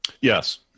yes